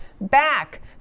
back